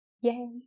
Yay